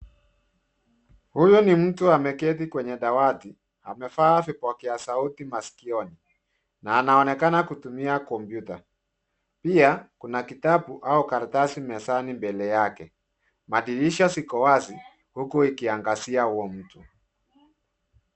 Huyu ni mtu ameketi kwenye dawati, amevaa vipokea sauti masikioni, na anaonekana kutumia kompyuta. Pia, kuna kitabu au karatasi mezani mbele yake. Madirisha ziko wazi huku ikiangazia huo mtu.